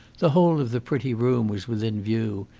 the whole of the pretty room was within view,